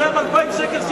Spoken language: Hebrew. מעסיק שמשלם 2,000 שקל,